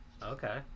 Okay